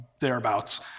thereabouts